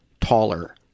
taller